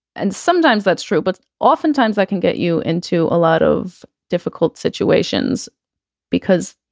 and sometimes that's true but oftentimes i can get you into a lot of difficult situations because,